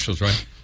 right